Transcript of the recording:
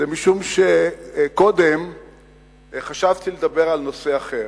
זה משום שקודם חשבתי לדבר על נושא אחר.